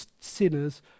sinners